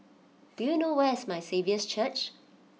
do you know where is My Saviour's Church